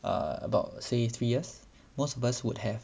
about say three years most of us would have